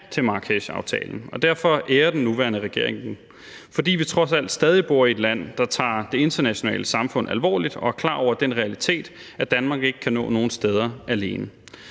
til Marrakeshaftalen – og derfor ærer den nuværende regering den, fordi vi trods alt stadig bor i et land, der tager det internationale samfund alvorligt og er klar over den realitet, at Danmark ikke kan nå nogen steder alene.